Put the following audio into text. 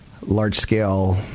large-scale